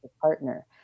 partner